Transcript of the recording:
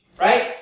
Right